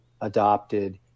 adopted